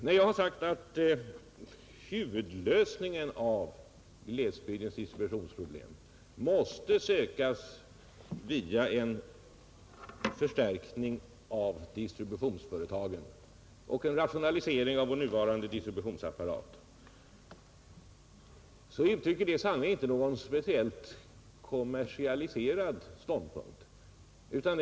När jag har sagt att huvudlösningen av glesbygdens distributionsproblem måste sökas via en förstärkning av distributionsföretagen och en rationalisering av vår nuvarande distributionsapparat, så uttrycker det sannerligen inte någon speciellt kommersialiserad ståndpunkt.